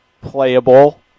playable